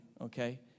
okay